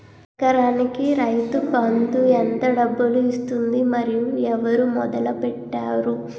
ఎకరానికి రైతు బందు ఎంత డబ్బులు ఇస్తుంది? మరియు ఎవరు మొదల పెట్టారు?